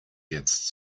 jetzt